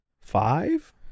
Five